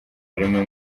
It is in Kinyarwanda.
harimo